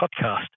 podcast